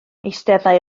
eisteddai